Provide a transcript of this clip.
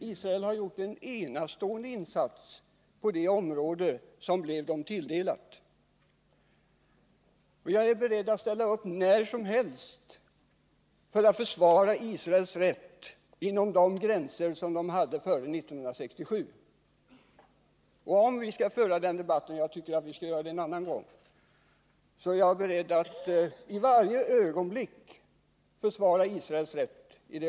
Israel har gjort en enastående insats på det område som landet tilldelades, och jag är beredd att ställa upp när som helst för att försvara Israels rätt inom de gränser som landet hade före 1967. Om vi skall föra den debatten — jag tycker dock att vi skall göra det en annan gång — är jag beredd att försvara Israels rätt.